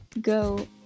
go